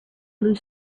blue